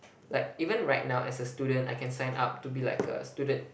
like even right now as a student I can sign up to be like a student